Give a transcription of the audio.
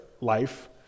life